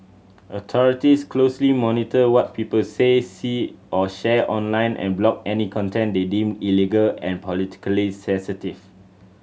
authorities closely monitor what people say see or share online and block any content they deem illegal or politically sensitive